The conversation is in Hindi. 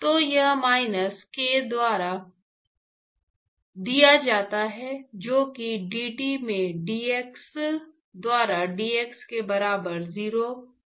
तो यह माइनस k द्वारा दिया जाता है जो कि dT में dx द्वारा dx के बराबर 0 के क्षेत्र में है